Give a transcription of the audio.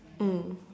mm